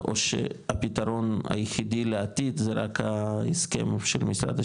או שהפתרון היחידי לעתיד זה רק ההסכם של משרד השיכון,